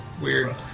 Weird